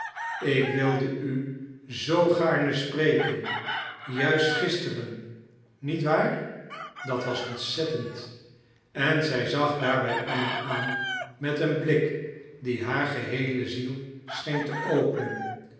ik wilde u zoo gaarne spreken juist gisteren niet waar dat was ontzettend en zij zag daarbij anna aan met een blik die haar geheele ziel scheen te openen